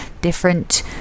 different